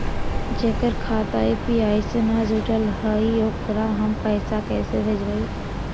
जेकर खाता यु.पी.आई से न जुटल हइ ओकरा हम पैसा कैसे भेजबइ?